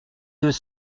deux